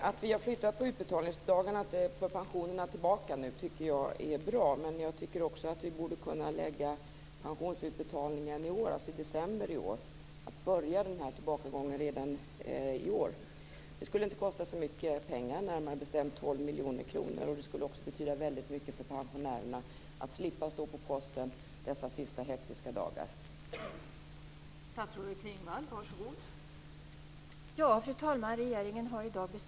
Fru talman! Jag har en fråga till statsrådet Klingvall. Jag tycker att det är bra att utbetalningsdagarna för pensionerna nu har flyttats tillbaka, men jag tycker att vi borde kunna börja tidigareläggningen av pensionsutbetalningarna redan i december i år. Det skulle inte kosta så mycket pengar, närmare bestämt 12 miljoner kronor, men det skulle betyda mycket för pensionärerna att slippa gå till posten under de sista hektiska dagarna av året.